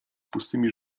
pustymi